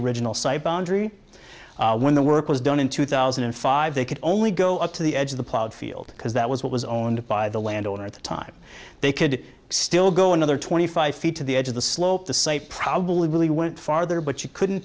boundary when the work was done in two thousand and five they could only go up to the edge of the plowed field because that was what was owned by the landowner at the time they could still go another twenty five feet to the edge of the slope to say probably really went farther but you couldn't